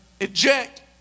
eject